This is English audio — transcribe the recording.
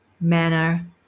manner